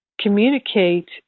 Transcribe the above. communicate